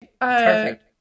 Perfect